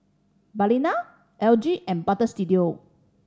Balina L G and Butter Studio